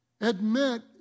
Admit